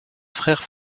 frère